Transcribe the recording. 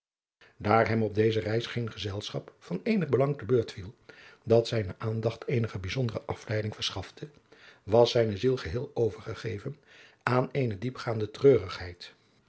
hem op deze reis geen gezelschap van eenig aanbelang te beurt viel dat zijne aandacht eenige bijzondere afleiding adriaan loosjes pzn het leven van maurits lijnslager verschafte was zijne ziel geheel overgegeven aan eene diepgaande treurigheid